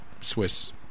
Swiss